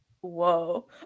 whoa